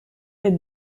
red